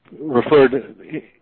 referred